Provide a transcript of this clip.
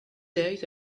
days